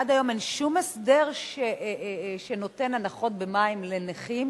עד היום אין שום הסדר שנותן הנחות במים לנכים,